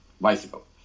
bicycle